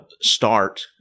start